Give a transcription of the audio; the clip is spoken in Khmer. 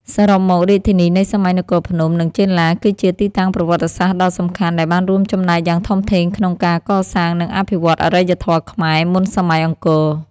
សរុបមក រាជធានីនៃសម័យនគរភ្នំ និងចេនឡា គឺជាទីតាំងប្រវត្តិសាស្ត្រដ៏សំខាន់ដែលបានរួមចំណែកយ៉ាងធំធេងក្នុងការកសាង និងអភិវឌ្ឍអរិយធម៌ខ្មែរមុនសម័យអង្គរ។